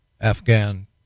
Afghan